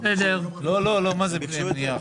סיבות מרכזיות: בתוכנית זו מבוצעות